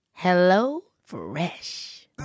HelloFresh